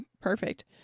perfect